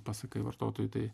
pasakai vartotojui tai